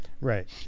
Right